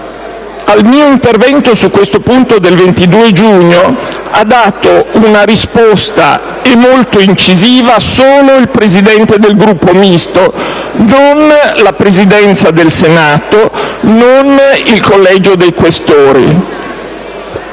Al mio intervento su questo punto del 22 giugno ha dato una risposta, e molto incisiva, solo il Presidente del Gruppo Misto; non la Presidenza del Senato, non il Collegio dei senatori